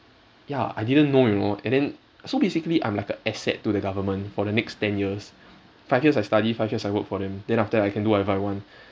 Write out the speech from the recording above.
ya I didn't know you know and then so basically I'm like a asset to the government for the next ten years five years I study five years I work for them then after that I can do whatever I want